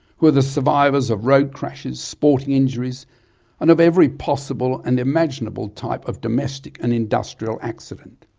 who are the survivors of road crashes, sporting injuries and of every possible and imaginable type of domestic and industrial accident.